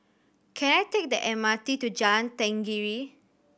can I take the M R T to Jalan Tenggiri